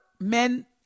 men